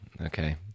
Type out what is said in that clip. Okay